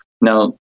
Now